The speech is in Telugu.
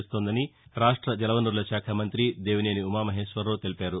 చేస్తోందని రాష్ట జలవనరుల శాఖ మంతి దేవినేని ఉమామహేశ్వరరావు తెలిపారు